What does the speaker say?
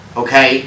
okay